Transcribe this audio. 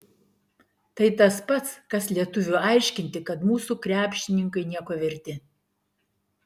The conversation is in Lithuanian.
tai tas pats kas lietuviui aiškinti kad mūsų krepšininkai nieko verti